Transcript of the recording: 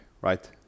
right